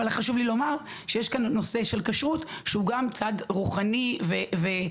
אבל חשוב לי לומר שיש כאן נושא של כשרות שהוא גם צד רוחני ודתי.